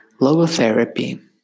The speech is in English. Logotherapy